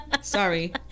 Sorry